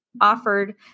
offered